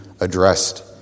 addressed